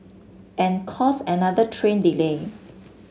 and cause another train delay